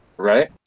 Right